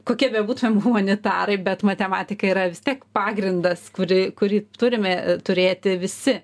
kokie bebūtumėm humanitarai bet matematika yra vis tiek pagrindas kuri kurį turime turėti visi